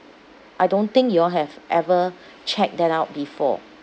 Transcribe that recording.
I don't think you all have ever checked that out before